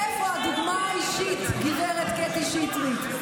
איפה הדוגמה האישית, גב' קטי שטרית?